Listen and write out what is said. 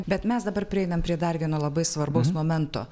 bet mes dabar prieinam prie dar vieno labai svarbaus momento